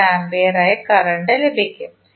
458 ampere ആയി current ലഭിക്കും